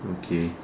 okay